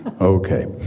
Okay